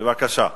בבקשה.